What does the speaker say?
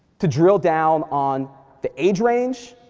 to drill down on the age range,